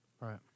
Right